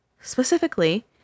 specifically